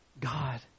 God